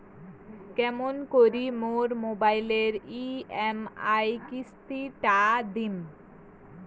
কেমন করি মোর মোবাইলের ই.এম.আই কিস্তি টা দিম?